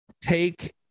take